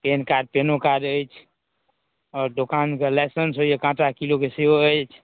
PAN card पेनो कार्ड अछि आओर दोकान के लाइसेन्स होइया काँटा किलोके सेहो अछि